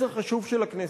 מסר חשוב של הכנסת,